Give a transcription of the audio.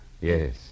yes